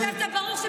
כתבת "ברוך שפטרנו".